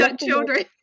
Children